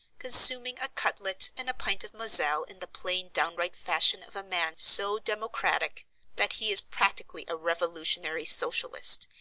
consuming a cutlet and a pint of moselle in the plain downright fashion of a man so democratic that he is practically a revolutionary socialist,